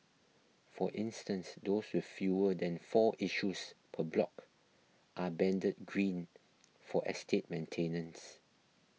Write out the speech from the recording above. for instance those with fewer than four issues per block are banded green for estate maintenance